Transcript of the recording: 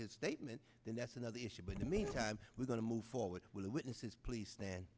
his statement then that's another issue but in the meantime we're going to move forward with the witnesses please stand